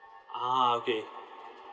ah okay